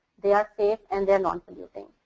they are safe and theyire non-polluting.